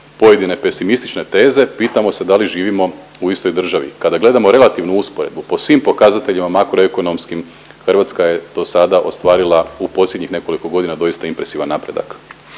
pojedine pesimistične teze pitamo se da li živimo u istoj državi. Kada gledamo relativnu usporedbu po svim pokazateljima makroekonomskim Hrvatska je dosada ostvarila u posljednjih nekoliko godina doista impresivan napredak.